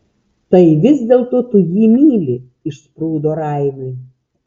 tai vis dėlto tu jį myli išsprūdo raimiui